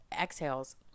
exhales